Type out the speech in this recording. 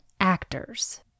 actors